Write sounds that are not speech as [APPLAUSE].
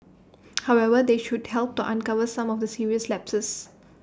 [NOISE] however they should help to uncover some of the serious lapses